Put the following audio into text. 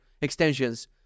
extensions